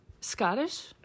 Scottish